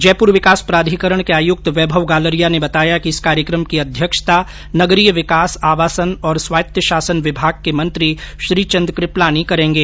जयपुर विकास प्राधिकरण के आयुक्त वैभव गालरिया ने बताया कि इस कार्यक्रम की अध्यक्षता नगरीय विकास आवासन और स्वायत्त शासन विभाग के मंत्री श्रीचंद कृपलानी करेंगे